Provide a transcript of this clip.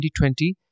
2020